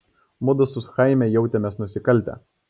mudu su chaime jautėmės nusikaltę